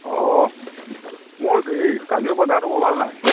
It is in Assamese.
অ' মোৰ এই কালিয়পা গাটো বৰ ভাল নাই